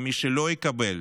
ומי שלא יקבל,